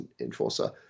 Enforcer